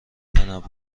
تنوع